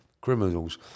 criminals